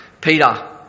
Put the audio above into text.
Peter